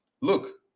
look